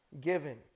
given